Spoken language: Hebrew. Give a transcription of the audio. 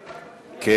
מירי,